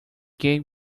gate